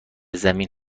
زمین